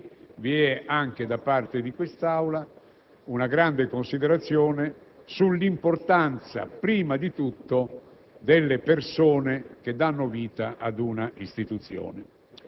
dichiarare che è necessario avere grande considerazione del personale; qualcuno l'ha chiamato «la componente *humint*», qualcuno «l'intelligenza